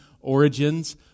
origins